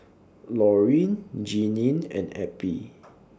Lorene Jeanine and Eppie